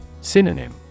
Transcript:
Synonym